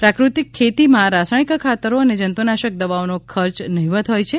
પ્રાકૃતિક ખેતીમાં રાસાયણિક ખાતરો અને જંતુનાશક દવાઓનો ખર્ચ નહિવત હોય છે